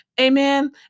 Amen